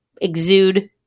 exude